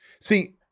See